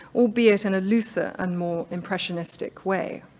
albeit in a looser and more impressionistic way.